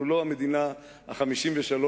ולא המדינה ה-53,